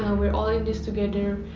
we are all in this together,